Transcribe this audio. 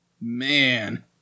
Man